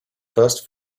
first